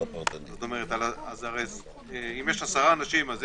אם יש 10 אנשים, יש